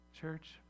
Church